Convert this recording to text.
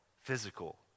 physical